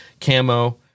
camo